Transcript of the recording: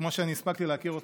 וכמו שאני הספקתי להכיר אותך,